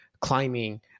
climbing